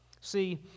See